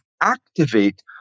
activate